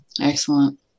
Excellent